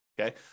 okay